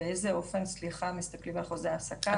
באיזה אופן מסתכלים על החוזה העסקה?